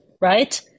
right